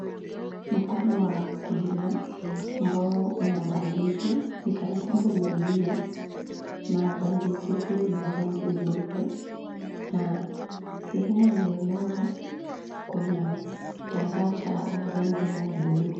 Mkono wa kulia, ambao una bandeji, ni kana kwamba umeumia, na bandeji hiyo ni ya rangi nyeupe, na sehemu aliyolala, kuna kitambaa cha rangi ya bluu.